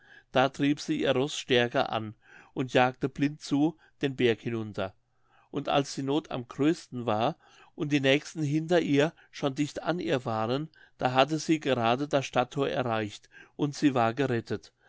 da trieb sie ihr roß stärker an und jagte blind zu den berg hinunter und als die noth am größten war und die nächsten hinter ihr schon dicht an ihr waren da hatte sie gerade das stadtthor erreicht und sie war gerettet